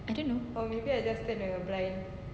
I don't know